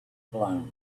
blown